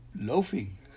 loafing